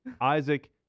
Isaac